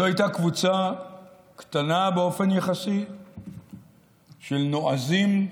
זו הייתה קבוצה קטנה באופן יחסי של נועזים,